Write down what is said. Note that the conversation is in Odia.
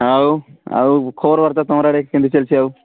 ଆଉ ଆଉ ଖବର ବାର୍ତ୍ତା ତୁମର ଆଡ଼େ କେମତି ଚାଲିଛି ଆଉ